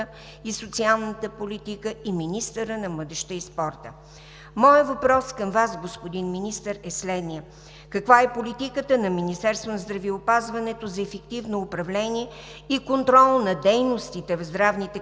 и социалната политика и министъра на младежта и спорта. Моят въпрос към Вас, господин Министър, е следният: каква е политиката на Министерството на здравеопазването за ефективно управление и контрол на дейностите в здравните кабинети